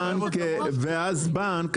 ואז בנק,